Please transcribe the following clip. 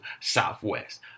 southwest